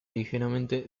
ligeramente